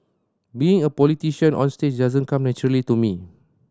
being a politician onstage doesn't come naturally to me